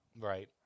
right